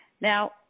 Now